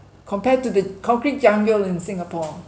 compared to the concrete jungle in singapore